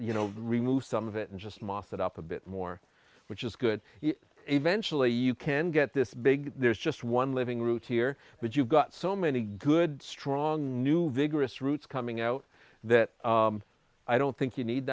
you know remove some of it and just moffitt up a bit more which is good eventually you can get this big there's just one living root here but you've got so many good strong new vigorous roots coming out that i don't think you need